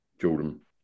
Jordan